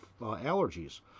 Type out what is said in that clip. allergies